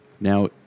Now